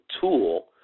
tool